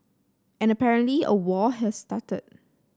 and apparently a war has started